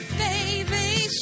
baby